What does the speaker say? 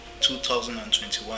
2021